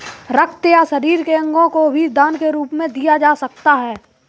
रक्त या शरीर के अंगों को भी दान के रूप में दिया जा सकता है